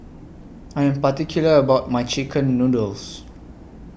I Am particular about My Chicken Noodles